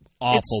awful